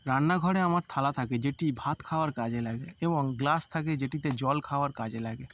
রান্নাঘরে আমার থালা থাকে যেটি ভাত খাওয়ার কাজে লাগে এবং গ্লাস থাকে যেটিতে জল খাওয়ার কাজে লাগে